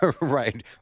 Right